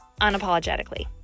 unapologetically